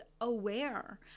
aware